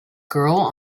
girl